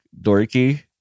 dorky